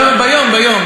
ביום או בשבוע?